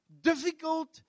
difficult